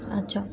अच्छा